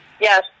yes